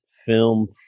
Film